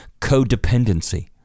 codependency